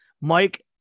Mike